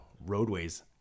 roadways